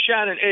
Shannon